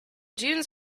dunes